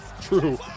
True